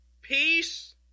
Peace